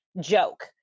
joke